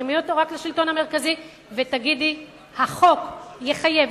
תתחמי אותו רק לשלטון המרכזי ותגידי: החוק יחייב